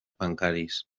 bancaris